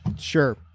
sure